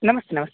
ನಮಸ್ತೆ ನಮಸ್ತೆ